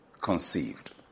conceived